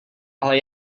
ale